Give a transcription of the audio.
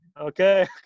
Okay